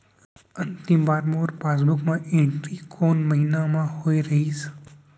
अंतिम बार मोर पासबुक मा एंट्री कोन महीना म होय रहिस?